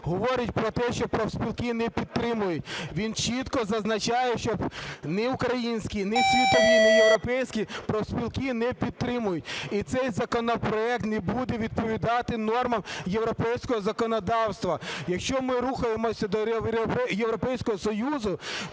говорить про те, що профспілки не підтримують. Він чітко зазначає, що ні українські, ні світові, ні європейські профспілки не підтримують. І цей законопроект не буде відповідати нормам європейського законодавства. Якщо ми рухаємося до Європейського Союзу,